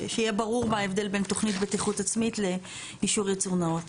שיהיה ברור מה ההבדל בין תוכנית בטיחות עצמית לאישור ייצור נאות.